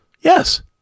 yes